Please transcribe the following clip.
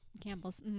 campbells